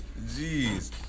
jeez